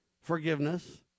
forgiveness